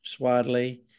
swadley